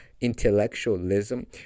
intellectualism